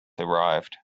arrived